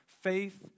faith